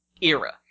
era